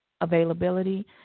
availability